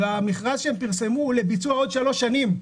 המכרז שהם פרסמו הוא לביצוע בעוד שלוש שנים.